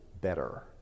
better